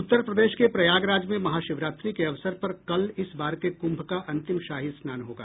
उत्तर प्रदेश के प्रयागराज में महाशिवरात्रि के अवसर पर कल इस बार के कुंभ का अंतिम शाही स्नान होगा